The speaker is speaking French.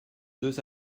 deux